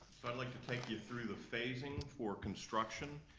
i'd like to take you through the phasing for construction,